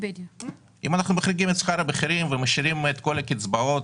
אם אנחנו מחריגים את שכר הבכירים ומשאירים את כל הקצבאות,